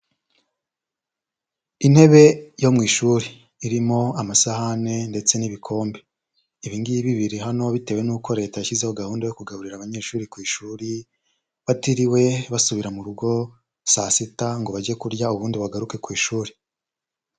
Intebe yo mu ishuri irimo amasahane ndetse n'ibikombe, ibi ngibi biri hano bitewe n'uko Leta yashyizeho gahunda yo kugaburira abanyeshuri ku ishuri, batiriwe basubira mu rugo saa sita ngo bajye kurya ubundi bagaruke ku ishuri.